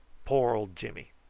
poor old jimmy!